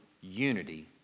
unity